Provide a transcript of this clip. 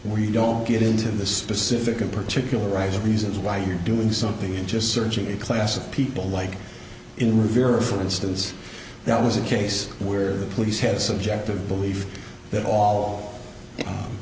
where you don't get into the specific in particular right reasons why you're doing something and just searching a class of people like in reverse for instance there was a case where the police had a subjective belief that all